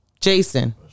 jason